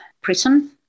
prison